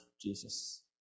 Jesus